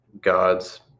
God's